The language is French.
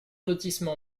lotissement